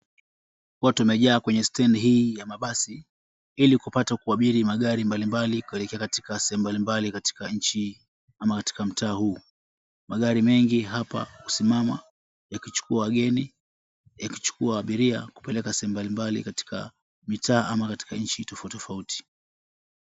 Watu wamejaa kwenye stendi hii ya mabasi, ili kupata kuabiri magari mbalimbali kuelekea katika sehemu mbalimbali katika nchi ama katika mtaa huu. Magari mengi hapa husimama yakichukua wageni, yakichukua abiria kupeleka sehemu mbalimbali katika mitaa ama katika nchi tofauti tofauti.